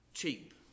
Cheap